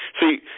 See